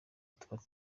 tuba